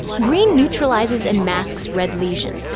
green neutralizes and masks red lesions,